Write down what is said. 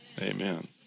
amen